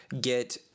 get